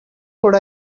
could